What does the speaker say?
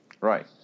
Right